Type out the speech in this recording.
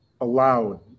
allowed